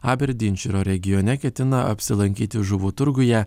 aberdinširo regione ketina apsilankyti žuvų turguje